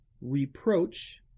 Reproach